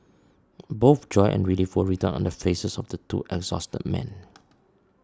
both joy and relief were written on the faces of the two exhausted men